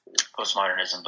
postmodernism